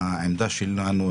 העמדה שלנו,